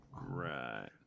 Right